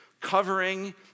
covering